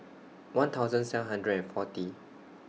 one thousand seven hundred and forty